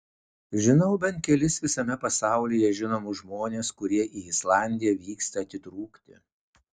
žinau bent kelis visame pasaulyje žinomus žmones kurie į islandiją vyksta atitrūkti